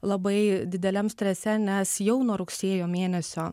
labai dideliam strese nes jau nuo rugsėjo mėnesio